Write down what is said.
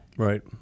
Right